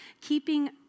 keeping